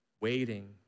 waiting